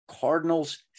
Cardinals